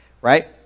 right